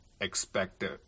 expected